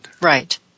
Right